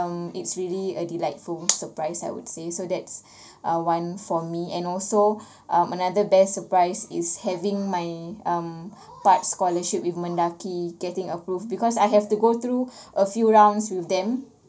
um it's really a delightful surprise I would say so that's a one for me and also um another best surprise is having my um part scholarship with MENDAKI getting approved because I have to go through a few rounds with them